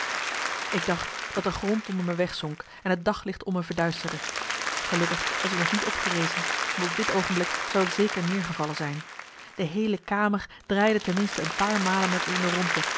ik dacht dat de grond onder me wegzonk en het daglicht om me verduisterde gelukkig was ik nog niet opgerezen want op dit oogenblik zou ik zeker neergevallen zijn de heele kamer draaide ten minste een paar malen met me in de